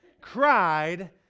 cried